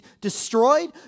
destroyed